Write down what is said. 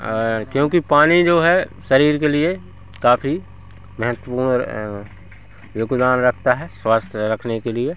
और क्योंकि पानी जो है शरीर के लिए काफी महत्वपूर्ण योगदान रखता है स्वास्थ्य रखने के लिए